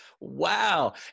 Wow